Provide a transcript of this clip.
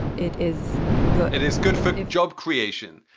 it is good it is good for job creation.